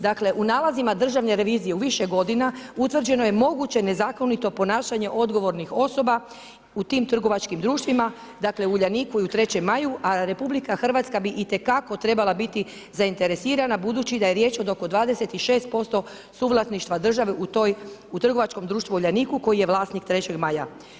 Dakle, u nalazima državne revizije u više godina, utvrđeno je moguće nezakonito ponašanje odgovornih osoba u tim trgovačkim društvima, dakle Uljaniku i 3. maju, a RH bi itekako trebala biti zainteresirana budući da je riječ od oko 26% suvlasništva države u trgovačkom društvu Uljaniku, koji je vlasnik 3. maja.